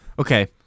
okay